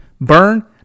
Burn